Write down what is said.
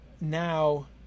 Now